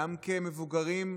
גם כמבוגרים,